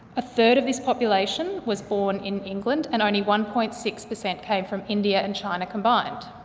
a third of this population was born in england and only one point six per cent came from india and china combined.